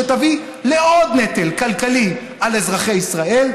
שתביא לעוד נטל כלכלי על אזרחי ישראל,